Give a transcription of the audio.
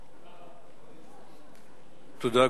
בבקשה.